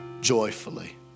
joyfully